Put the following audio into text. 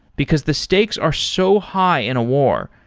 because the stakes are so high in a war,